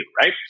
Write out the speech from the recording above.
right